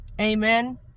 Amen